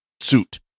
suit